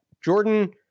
jordan